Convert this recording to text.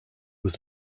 was